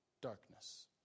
darkness